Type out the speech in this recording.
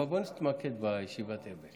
אבל בוא נתמקד בישיבת האבל.